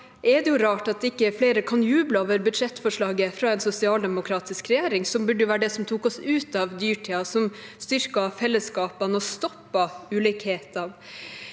er det rart at ikke flere kan juble over budsjettforslaget fra en sosialdemokratisk regjering, som burde være det som tok oss ut av dyrtiden, styrket fellesskapene og stoppet ulikhetene.